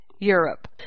Europe